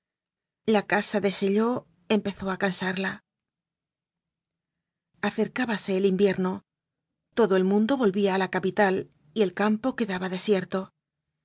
la casa de chaillot empezó a cansarla acercábase el invierno todo el mundo volvía a la capital y el campo quedaba desierto